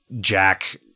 jack